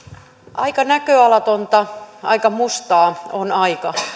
aika näköalatonta aika mustaa on aika